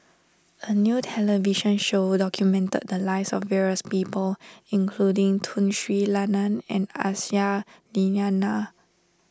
a new television show documented the lives of various people including Tun Sri Lanang and Aisyah Lyana